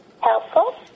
helpful